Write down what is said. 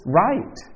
right